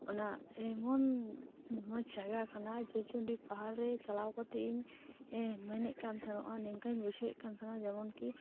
ᱚᱱᱟ ᱮᱢᱚᱱ ᱢᱚᱡᱽ ᱡᱟᱭᱜᱟ ᱠᱟᱱᱟ ᱡᱚᱭᱪᱚᱱᱰᱤ ᱯᱟᱦᱟᱲ ᱨᱮ ᱪᱟᱞᱟᱣ ᱠᱟᱛᱮᱫ ᱤᱧ ᱢᱮᱱᱮᱫ ᱠᱟᱱ ᱛᱟᱦᱮᱱᱟ ᱱᱚᱝᱠᱟᱧ ᱵᱩᱡᱷᱟᱹᱣᱮᱜ ᱠᱟᱱ ᱛᱟᱦᱮᱱᱟ ᱡᱮᱢᱚᱱ ᱠᱤ